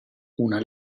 una